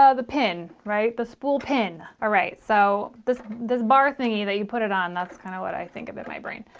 ah the pin right the spool pin alright so this does bar thingy that you put it on that's kind of what i think of it my brain.